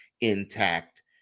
intact